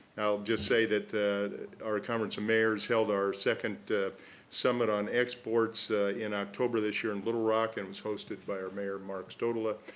i'll just say that our conference of mayors held our second summit on exports in october this year in little rock, and it was hosted by our mayor mark stodola.